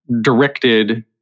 directed